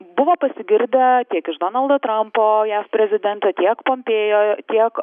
buvo pasigirdę tiek iš donaldo trampo jav prezidento tiek pompėjo tiek